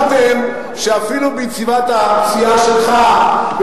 נבחרתם שאפילו בישיבת הסיעה שלך,